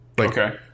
Okay